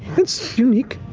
that's unique.